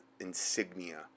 insignia